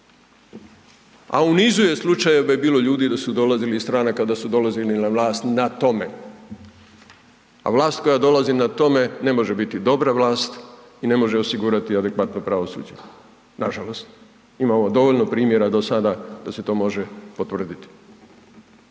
A u nizu je slučajeva je bilo ljudi da su dolazili iz stranaka da su dolazili na vlast na tome, a vlast koja dolazi na tome ne može biti dobra vlast i ne može osigurati adekvatno pravosuđe, nažalost. Imamo dovoljno primjera do sada da se to može potvrditi.